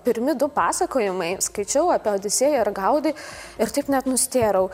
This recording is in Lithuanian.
pirmi du pasakojimai skaičiau apie odisėją ir gaudi ir taip net nustėrau